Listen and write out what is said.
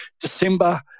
December